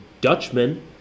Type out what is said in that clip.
Dutchman